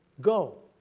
go